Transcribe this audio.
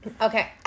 Okay